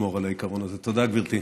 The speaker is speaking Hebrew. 12 חברי כנסת בעד, אין מתנגדים,